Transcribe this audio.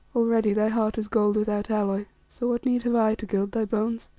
already thy heart is gold without alloy, so what need have i to gild thy bones?